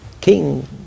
King